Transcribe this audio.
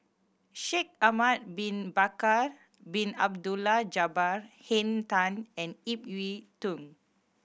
Shaikh Ahmad Bin Bakar Bin Abdullah Jabbar Henn Tan and Ip Yiu Tung